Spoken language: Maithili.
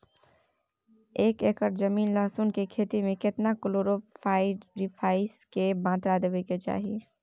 एक एकर जमीन लहसुन के खेती मे केतना कलोरोपाईरिफास के मात्रा देबै के चाही?